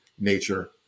nature